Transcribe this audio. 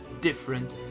different